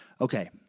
Okay